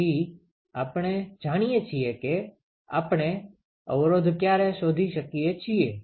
તેથી આપણે જાણીએ છીએ કે આપણે અવરોધ ક્યારે શોધી શકીએ છીએ